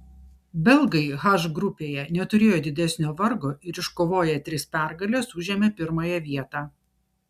belgai h grupėje neturėjo didesnio vargo ir iškovoję tris pergales užėmė pirmąją vietą